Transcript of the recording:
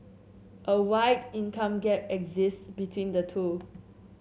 a wide income gap exist between the two